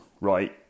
right